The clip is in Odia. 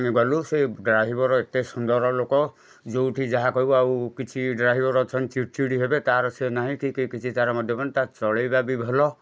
ଗଲୁ ସେ ଡ୍ରାଇଭର୍ ଏତେ ସୁନ୍ଦର ଲୋକ ଯୋଉଠି ଯାହା କହିବ ଆଉ କିଛି ଡ୍ରାଇଭର୍ ଅଛନ୍ତି ଚିଡ଼୍ଚିଡ଼ି ହେବେ ତା'ର ସେ ନାହିଁ କି କିଛି ତା'ର ଚଳେଇବା ବି ଭଲ